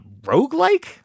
roguelike